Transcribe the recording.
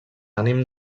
ànim